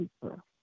people